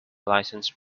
license